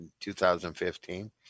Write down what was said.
2015